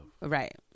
right